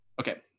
Okay